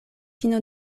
fino